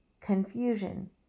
confusion